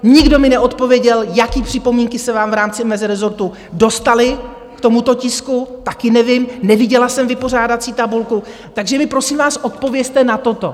Nikdo mi neodpověděl, jaké připomínky se vám v rámci mezirezortu dostaly k tomuto tisku, taky nevím, neviděla jsem vypořádací tabulku, takže mi, prosím vás, odpovězte na toto.